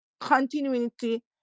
continuity